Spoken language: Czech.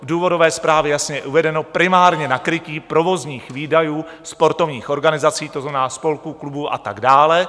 V důvodové zprávě je jasně uvedeno, primárně na krytí provozních výdajů sportovních organizací, to znamená spolků, klubů a tak dále.